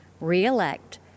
re-elect